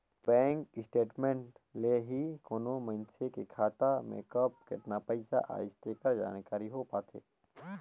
bank statement ले ही कोनो मइसने के खाता में कब केतना पइसा आइस तेकर जानकारी हो पाथे